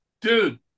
dude